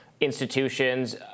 institutions